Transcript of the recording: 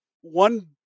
one